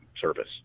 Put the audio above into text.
service